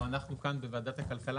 תצליח.